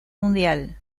mundial